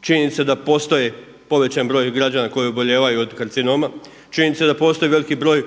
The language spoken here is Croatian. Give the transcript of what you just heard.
Činjenica da postoji povećan broj građana koji obolijevaju od karcinoma, činjenica je da postoji veliki broj